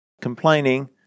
complaining